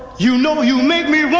you know you make me